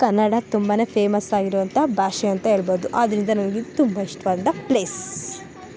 ಕನ್ನಡ ತುಂಬಾ ಫೇಮಸ್ ಆಗಿರುವಂಥ ಭಾಷೆ ಅಂತ ಹೇಳ್ಬೋದು ಆದ್ದರಿಂದ ನನಗೆ ತುಂಬ ಇಷ್ಟವಾದಂಥ ಪ್ಲೇಸ್